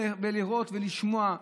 לראות ולשמוע.